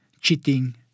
cheating